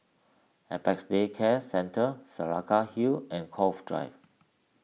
Apex Day Care Centre Saraca Hill and Cove Drive